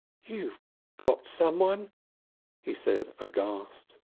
you've got someone he said aghast.